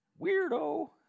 Weirdo